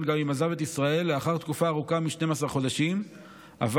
גם אם עזב את ישראל לאחר תקופה ארוכה מ-12 חודשים אבל